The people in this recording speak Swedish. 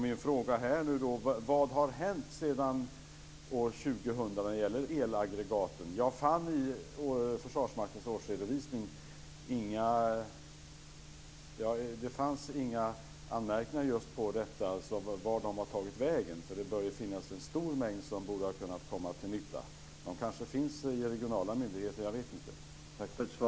Min fråga är nu: Vad har hänt sedan 2000 när det gäller elaggregaten? Det finns i Försvarsmaktens årsredovisning inga anmärkningar på detta. Vart har de tagit vägen? Det borde finnas en stor mängd som borde ha kunnat komma till nytta. De kanske finns hos de regionala myndigheterna.